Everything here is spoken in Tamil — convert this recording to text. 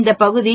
3 இந்த பகுதி 2